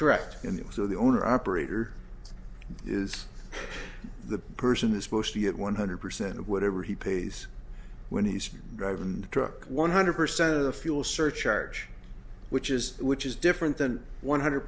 correct and if so the owner operator is the person is supposed to get one hundred percent of whatever he pays when he's driving a truck one hundred percent of the fuel surcharge which is which is different than one hundred